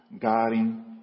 guarding